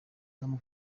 tom